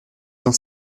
cent